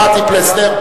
שמעתי את פלסנר.